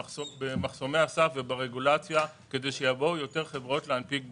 במחסומי הסף וברגולציה כדי שיבואו יותר חברות להנפיק בישראל.